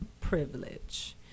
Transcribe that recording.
privilege